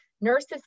nurses